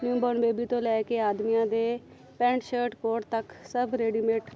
newborn baby ਤੋਂ ਲੈ ਕੇ ਆਦਮੀਆਂ ਦੇ ਪੈਂਟ ਸ਼ਰਟ ਕੋਟ ਤੱਕ ਸਭ ਰੈਡੀਮੇਟ